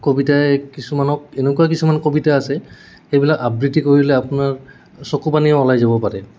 কবিতাই কিছুমানক এনেকুৱা কিছুমান কবিতা আছে সেইবিলাক আবৃত্তি কৰিলে আপোনাৰ চকু পানীয়ে ওলাই যাব পাৰে